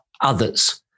others